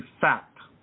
fact